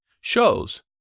shows